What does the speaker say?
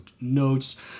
notes